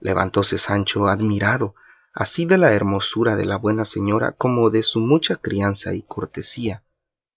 levantóse sancho admirado así de la hermosura de la buena señora como de su mucha crianza y cortesía